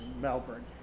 Melbourne